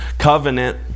covenant